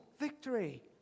victory